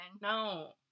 no